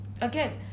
Again